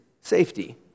safety